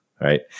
right